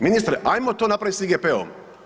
Ministre, ajmo to napraviti s IGP-om.